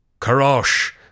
Karosh